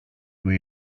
του